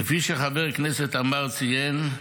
כפי שחבר הכנסת עמאר ציין,